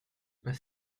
pas